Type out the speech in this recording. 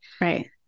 Right